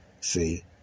See